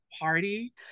party